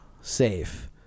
safe